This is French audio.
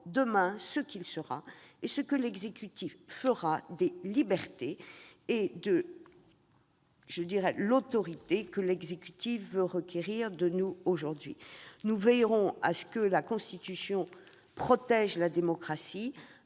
demain, ce qu'il sera et ce que l'exécutif fera des libertés et de l'autorité qu'il entend aujourd'hui requérir de nous, parlementaires ? Nous veillerons à ce que la Constitution protège la démocratie